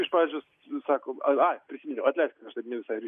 iš pradžios sako ai ai prisiminiau atleiskit aš taip ne visai rišliai